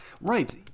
right